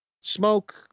Smoke